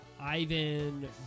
Ivan